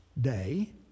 day